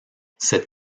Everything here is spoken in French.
cette